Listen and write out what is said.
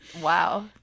Wow